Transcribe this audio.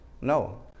No